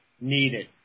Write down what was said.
needed